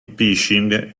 phishing